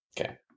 Okay